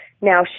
now